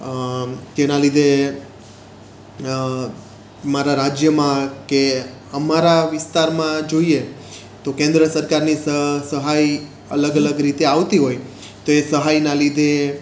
જેના લીધે મારા રાજ્યમાં કે અમારા વિસ્તારમાં જોઈએ તો કેન્દ્ર સરકારની સહાય અલગ અલગ રીતે આવતી હોય તો એ સહાયના લીધે